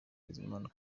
bizimana